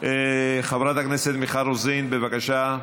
חברת הכנסת מיכל רוזין, בבקשה.